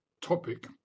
topic